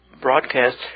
broadcast